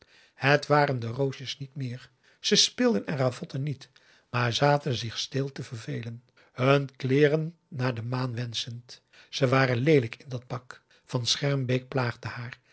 het waren de roosjes niet meer ze speelden en ravotten niet maar zaten zich stil te vervelen hun kleeren naar de maan wenschend ze waren leelijk in dat pak van schermbeek plaagde haar